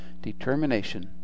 determination